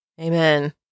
Amen